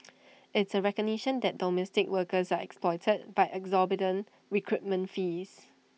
it's A recognition that domestic workers are exploited by exorbitant recruitment fees